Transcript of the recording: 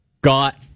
got